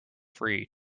free